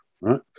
right